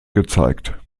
gezeigt